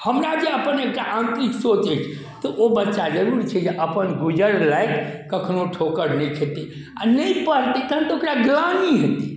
हमरा जे अपन एकटा आंतरिक सोच अछि तऽ ओ बच्चा जरूर छै अपन गुजर लायक कखनो ठोकर नहि खेतै आ नहि पढ़तै तहैन तऽ ओकरा ग्लानि हेतै